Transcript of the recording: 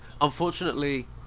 unfortunately